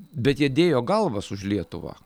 bet jie dėjo galvas už lietuvą